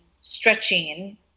stretching